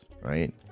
right